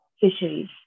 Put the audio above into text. fisheries